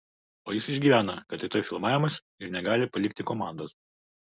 o jis išgyvena kad rytoj filmavimas ir negali palikti komandos